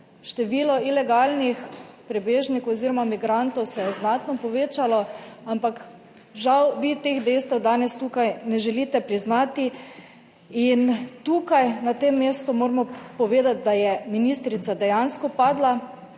Število ilegalnih prebežnikov oziroma migrantov se je znatno povečalo, ampak žal vi teh dejstev danes tukaj ne želite priznati. In tukaj na tem mestu moramo povedati, da je ministrica dejansko padla,